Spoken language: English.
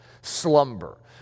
slumber